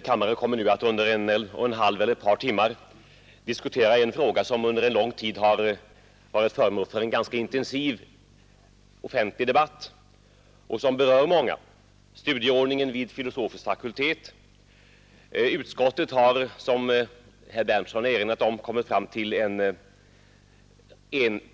Herr talman! Kammaren kommer nu att några timmar diskutera en fråga som under lång tid varit föremål för en intensiv debatt bland de många som berörs av den — studieordningen vid filosofisk fakultet. Utskottet har, som herr Berndtson erinrat om, kommit fram till ett